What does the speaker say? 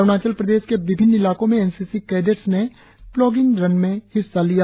अरुणाचल प्रदेश के विभिन्न इलाको में एन सी सी कैडेट्स ने प्लॉग इन रन में हिस्सा लिया